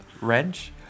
Wrench